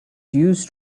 used